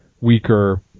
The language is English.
weaker